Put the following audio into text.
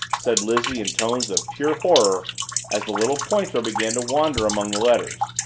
said lizzie in tones of pure horror as the little pointer began to wander among the letters.